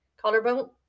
collarbone